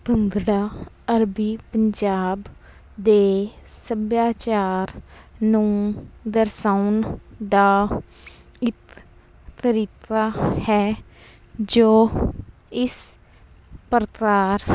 ਭੰਗੜਾ ਅਰਬੀ ਪੰਜਾਬ ਦੇ ਸੱਭਿਆਚਾਰ ਨੂੰ ਦਰਸਾਉਣ ਦਾ ਇੱਕ ਤਰੀਕਾ ਹੈ ਜੋ ਇਸ ਪ੍ਰਕਾਰ